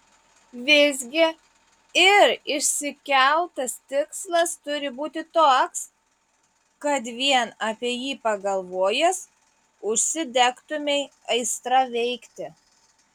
visgi ir išsikeltas tikslas turi būti toks kad vien apie jį pagalvojęs užsidegtumei aistra veikti